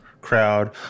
crowd